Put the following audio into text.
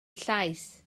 llaes